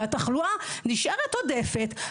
והתחלואה נשארת עודפת,